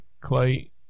Clay